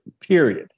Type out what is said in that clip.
period